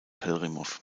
pelhřimov